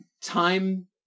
time